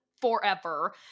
forever